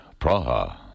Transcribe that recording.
Praha